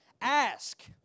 Ask